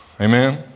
Amen